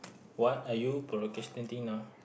what are you procrastinating now